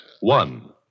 One